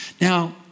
Now